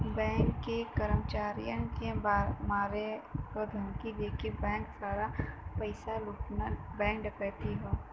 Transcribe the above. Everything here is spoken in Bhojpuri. बैंक के कर्मचारियन के मारे क धमकी देके बैंक सारा पइसा लूटना बैंक डकैती हौ